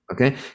Okay